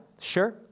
sure